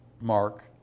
Mark